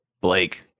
Blake